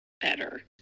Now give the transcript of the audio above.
better